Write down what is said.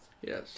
Yes